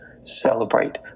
celebrate